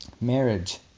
marriage